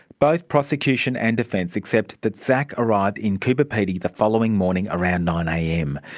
both prosecution and defence accept that szach arrived in cooper pedy the following morning around nine am.